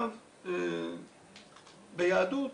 ביהדות